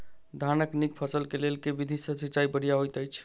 धानक नीक फसल केँ लेल केँ विधि सँ सिंचाई बढ़िया होइत अछि?